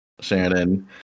Shannon